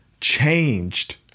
changed